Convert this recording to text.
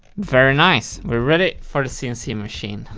very nice! we're ready for the cnc machine.